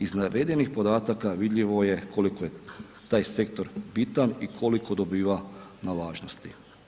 Iz navedenih podataka vidljivo je koliko je taj sektor bitan i koliko dobiva na važnosti.